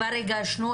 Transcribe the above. כבר הגשנו.